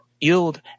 yield